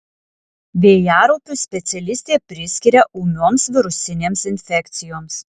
vėjaraupius specialistė priskiria ūmioms virusinėms infekcijoms